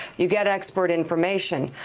you get expert information.